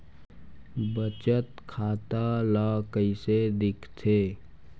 बचत खाता ला कइसे दिखथे?